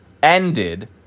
Ended